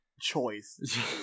choice